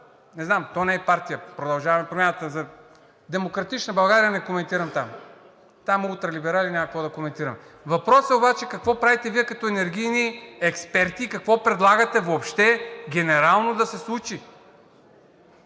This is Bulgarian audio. не знам, то не е партия, „Продължаваме Промяната“, за „Демократична България“ не коментирам там – там от либерали няма какво да коментирам. Въпросът е обаче какво правите Вие като енергийни експерти, какво предлагате въобще генерално да се случи?